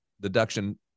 Deduction